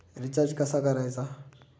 Recharge कसा करायचा?